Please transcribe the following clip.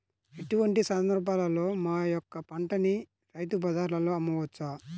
ఎటువంటి సందర్బాలలో మా యొక్క పంటని రైతు బజార్లలో అమ్మవచ్చు?